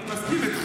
אני מסכים איתך,